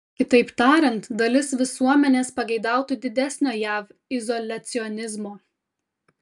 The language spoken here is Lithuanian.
kitaip tariant dalis visuomenės pageidautų didesnio jav izoliacionizmo